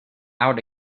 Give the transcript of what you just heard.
out